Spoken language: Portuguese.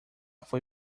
foi